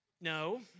No